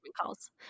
calls